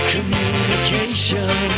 Communication